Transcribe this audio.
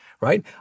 right